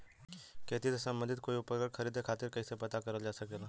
खेती से सम्बन्धित कोई उपकरण खरीदे खातीर कइसे पता करल जा सकेला?